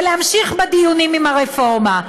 ולהמשיך בדיונים על הרפורמה.